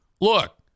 Look